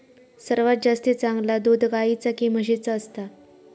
सर्वात जास्ती चांगला दूध गाईचा की म्हशीचा असता?